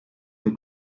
the